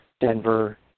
Denver